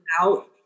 out